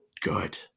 good